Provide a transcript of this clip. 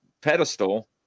pedestal